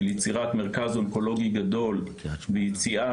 של יצירת מרכז אונקולוגי גדול ויציאה